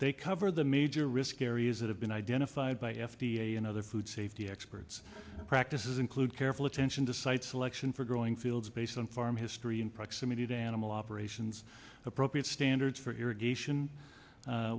they cover the major risk areas that have been identified by f d a and other food safety experts practices include careful attention to site selection for growing fields based on farm history in proximity to animal operations appropriate standards for irrigation